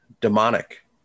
Demonic